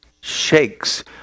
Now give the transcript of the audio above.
shakes